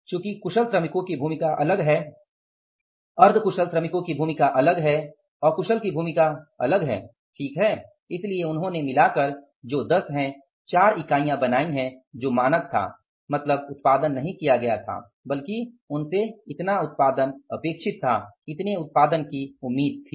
चुकी कुशल श्रमिकों की भूमिका अलग है अर्ध कुशल श्रमिक की भूमिका अलग है अकुशल की भूमिका श्रमिक अलग हैं ठीक है इसलिए उन्होंने मिलकर जो 10 हैं 4 इकाइयां बनाई हैं जो मानक था मतलब उत्पादन नहीं किया गया था बल्कि उनसे इतनी उत्पादन की उम्मीद है